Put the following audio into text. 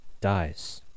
dies